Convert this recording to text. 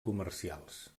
comercials